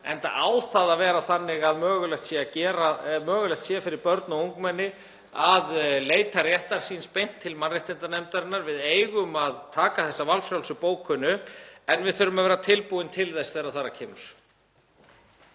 enda á það að vera þannig að mögulegt sé fyrir börn og ungmenni að leita réttar síns beint til mannréttindanefndarinnar. Við eigum að taka þessa valfrjálsu bókun upp en við þurfum að vera tilbúin til þess þegar þar að kemur.